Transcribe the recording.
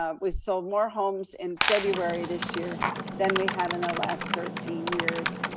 ah we sold more homes in february this year than we have in the last thirteen years.